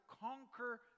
conquer